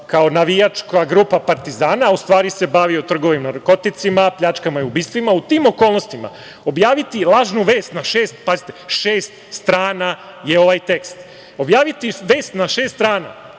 kao navijačka grupa Partizana, a u stvari se bavio trgovinom narkoticima, pljačkama i ubistvima, u tim okolnostima objaviti lažnu vest na, pazite, na šest strana je ovaj tekst, objaviti vest na šest strana